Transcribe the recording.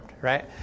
right